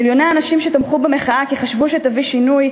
מיליוני האנשים שתמכו במחאה כי חשבו שתביא שינוי,